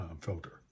filter